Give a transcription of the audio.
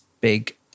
big